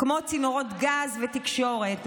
כמו צינורות גז ותקשורת.